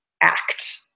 act